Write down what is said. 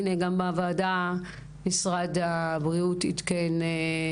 הנה, גם בוועדה משרד הבריאות עדכן.